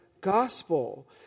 gospel